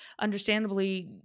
understandably